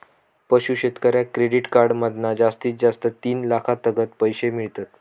पशू शेतकऱ्याक credit card मधना जास्तीत जास्त तीन लाखातागत पैशे मिळतत